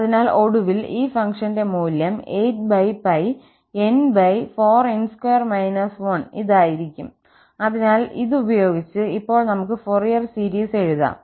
അതിനാൽ ഒടുവിൽ ഈ ഫംഗ്ഷന്റെ മൂല്യം 8n4n2 1 ഇതായിരിക്കും അതിനാൽ ഇത് ഉപയോഗിച്ച് ഇപ്പോൾ നമുക്ക് ഫോറിയർ സീരീസ് എഴുതാം